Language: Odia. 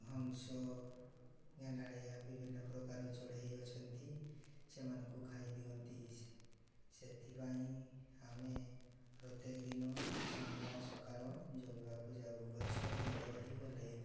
ହଂସ ଗେଣ୍ଡାଳିଆ ବିଭିନ୍ନ ପ୍ରକାର ଚଢ଼େଇ ଅଛନ୍ତି ସେମାନଙ୍କୁ ଖାଇ ଦିଅନ୍ତି ସେଥିପାଇଁ ଆମେ ପ୍ରତ୍ୟେକ ଦିନ ସନ୍ଧ୍ୟା ସକାଳ ଜଗିବାକୁ ଯାଉ ଗଛ ବଡ଼ ହେଇଗଲେ